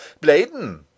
Bladen